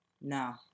No